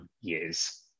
years